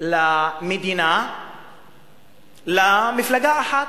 למדינה למפלגה אחת,